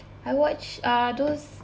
I watch uh those